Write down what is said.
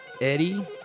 Eddie